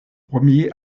premier